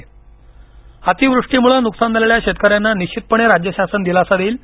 मुश्रीफ अतिवृष्टीमुळे नुकसान झालेल्या शेतकऱ्यांना निश्वितपणे राज्य शासन दिलासा देईल